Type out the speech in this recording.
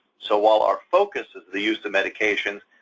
so while our focus is the use of medication,